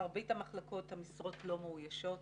במרבית המחלקות המשרות לא מאוישות,